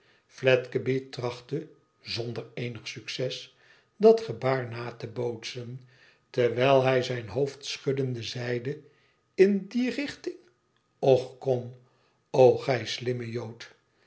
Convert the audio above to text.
fledgeby trachtte zonder eenig succes dat gebaar na te bootsen terwijl hij zijn hoofd schuddende zeide in die richting och kom o gij slimme